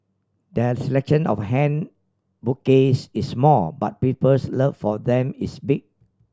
their selection of hand bouquets is small but people's love for them is big